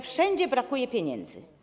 Wszędzie brakuje pieniędzy.